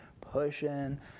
pushing